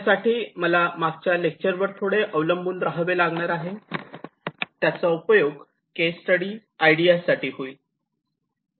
यासाठी मला माझ्या मागच्या लेक्चर वर थोडे अवलंबून राहावे लागणार आहे त्याचा उपयोग केस स्टडी आयडिया साठी होईल